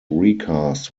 recast